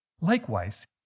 Likewise